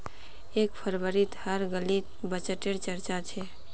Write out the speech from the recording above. एक फरवरीत हर गलीत बजटे र चर्चा छ